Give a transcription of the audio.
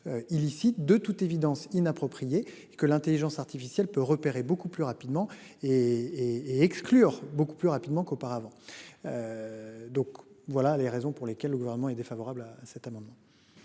illicite de toute évidence inappropriée et que l'Intelligence artificielle peut repérer beaucoup plus rapidement et et exclure beaucoup plus rapidement qu'auparavant. Donc voilà les raisons pour lesquelles le gouvernement est défavorable à cet amendement.